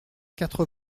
quatre